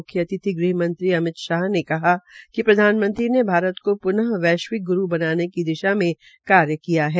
मुख्य अतिथि गृहमंत्री अमित शाह ने कहा कि प्रधानमंत्री ने भारत को पुनः वैश्विक ग्रू बनाने की दिशा में कार्य किया है